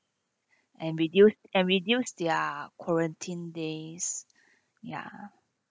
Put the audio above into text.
and reduce and reduce their quarantine days ya